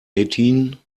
eigtheen